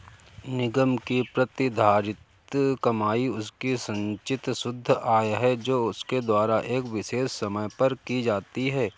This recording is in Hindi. निगम की प्रतिधारित कमाई उसकी संचित शुद्ध आय है जो उसके द्वारा एक विशेष समय पर की जाती है